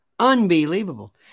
Unbelievable